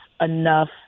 enough